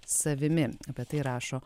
savimi apie tai rašo